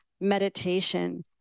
Meditation